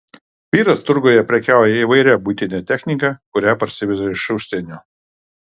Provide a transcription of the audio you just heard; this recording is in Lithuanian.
vyras turguje prekiauja įvairia buitine technika kurią parsiveža iš užsienio